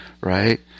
right